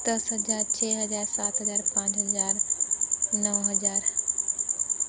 दस हजार छः हज़ार सात हज़ार पाँच हज़ार नौ हज़ार